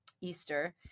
Easter